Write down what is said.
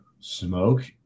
smoke